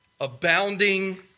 abounding